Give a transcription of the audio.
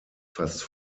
fast